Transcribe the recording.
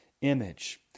image